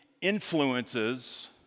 influences